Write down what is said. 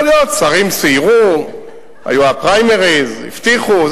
יכול להיות ששרים סיירו, היו הפריימריס, הבטיחו.